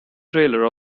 trailer